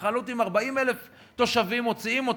התנחלות עם 40,000 תושבים מוציאים,